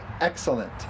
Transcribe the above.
excellent